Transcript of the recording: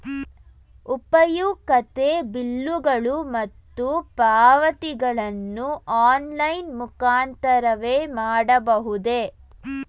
ಉಪಯುಕ್ತತೆ ಬಿಲ್ಲುಗಳು ಮತ್ತು ಪಾವತಿಗಳನ್ನು ಆನ್ಲೈನ್ ಮುಖಾಂತರವೇ ಮಾಡಬಹುದೇ?